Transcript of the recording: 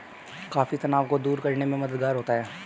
coffee तनाव को दूर करने में मददगार होता है